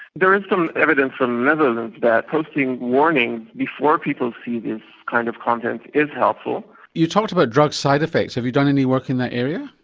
there is some evidence from the netherlands that posting warnings before people see this kind of content is helpful. you talked about drug side-effects. have you done any work in that area?